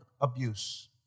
abuse